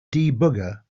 debugger